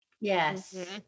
Yes